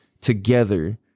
together